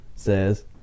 says